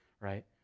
right